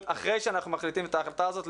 אחרי שאנחנו מחליטים את ההחלטה הזאת,